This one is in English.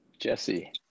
Jesse